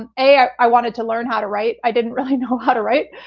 and a, i i wanted to learn how to write. i didn't really know how to write.